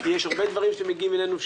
יש הרבה דברים שמגיעים אלינו,